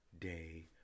day